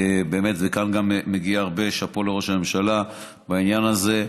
וכאן באמת גם מגיע הרבה שאפו לראש הממשלה בעניין הזה,